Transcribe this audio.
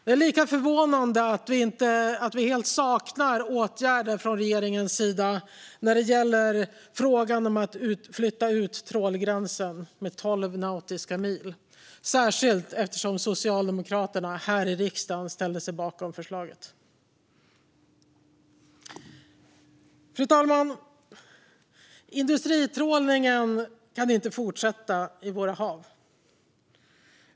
Det är lika förvånande att vi helt saknar åtgärder från regeringens sida när det gäller frågan om att flytta ut trålgränsen med tolv nautiska mil, särskilt eftersom Socialdemokraterna här i riksdagen ställde sig bakom förslaget. Fru talman! Industritrålningen kan inte fortsätta i våra hav.